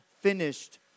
finished